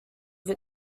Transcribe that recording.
this